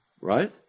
right